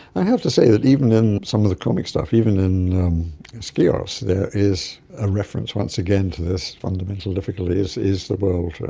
i have to say that even in some of the comic stuff, even in skios there is a reference, once again, to this fundamental difficulty is is the world,